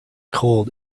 cold